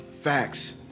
Facts